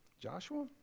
Joshua